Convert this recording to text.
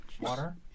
Water